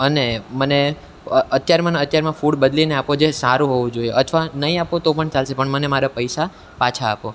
અને મને અત્યારમાં ને અત્યારમાં ફૂડ બદલીને આપો જે સારું હોવું જોઈએ અથવા નહીં આપો તો પણ ચાલશે પણ મને મારા પૈસા પાછા આપો